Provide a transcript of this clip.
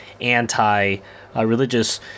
anti-religious